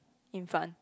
in front